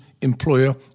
employer